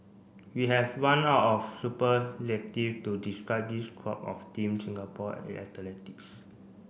we have run out of superlative to describe this crop of Team Singapore